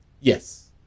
Yes